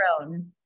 own